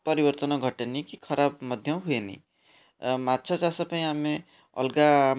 ପରିବର୍ତ୍ତନ ଘଟେନି କି ଖରାପ ମଧ୍ୟ ହୁଏନି ମାଛ ଚାଷ ପାଇଁ ଆମେ ଅଲଗା